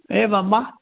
ए मम